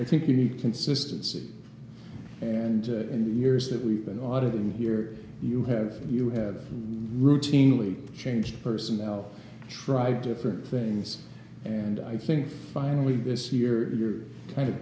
i think you need consistency and in the years that we've been operating here you have you have routinely changed personnel try different things and i think finally this year you're kind of